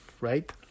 right